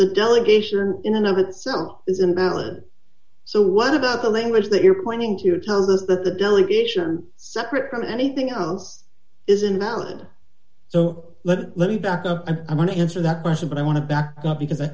the delegation in and of itself is invalid so what about the language that you're pointing to or tell us that the delegation separate from anything else is invalid so let me let me back up and i want to answer that question but i want to back up because i